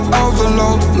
overload